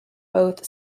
both